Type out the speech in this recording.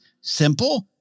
simple